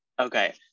Okay